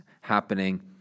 happening